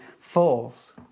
falls